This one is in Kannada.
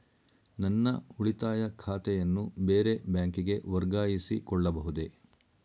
ನನ್ನ ಉಳಿತಾಯ ಖಾತೆಯನ್ನು ಬೇರೆ ಬ್ಯಾಂಕಿಗೆ ವರ್ಗಾಯಿಸಿಕೊಳ್ಳಬಹುದೇ?